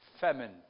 famine